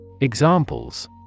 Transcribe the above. Examples